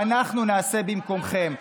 אנחנו נעשה במקומכם,